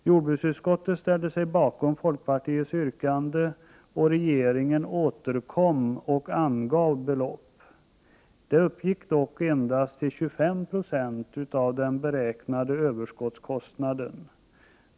Jordbruksutskottet ställde sig bakom folkpartiets yrkande, och regeringen återkom och angav belopp. Detta uppgick dock endast till 25 90 av den beräknade överskottskostnaden.